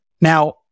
Now